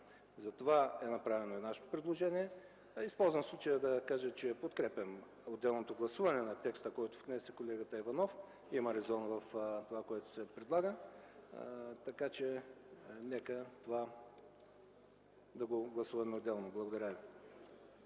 Затова е направено и нашето предложение. Използвам случая, за да кажа, че подкрепям отделното гласуване на текста, който внесе колегата Иванов. Има резон в това, което се предлага. Нека да го гласуваме отделно. Благодаря Ви.